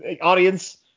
audience